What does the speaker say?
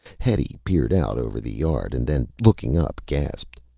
hetty peered out over the yard and then looking up, gasped.